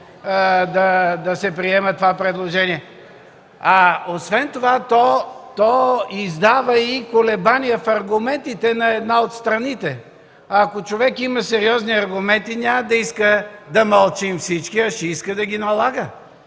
да се приеме това предложение. Освен това то издава и колебание в аргументите на една от страните. Ако човек има сериозни аргументи, няма да иска да мълчим всички, а ще иска да ги налага,